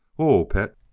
whoa, pet!